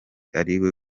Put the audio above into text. ariwe